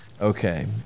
Okay